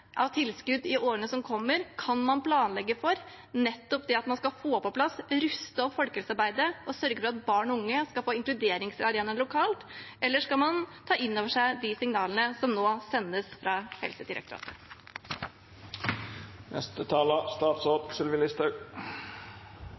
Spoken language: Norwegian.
av tilskudd i årene som kommer? Kan man planlegge for nettopp å få på plass og ruste opp folkehelsearbeidet og sørge for at barn og unge skal få inkluderingsarenaer lokalt, eller skal man ta inn over seg de signalene som nå sendes fra Helsedirektoratet?